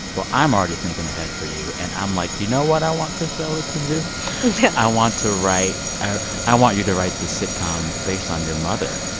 well, i'm already thinking ahead for you. and i'm like, you know what i want cristela to do? yeah i want to write ah i want you to write the sitcom based on your mother,